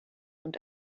und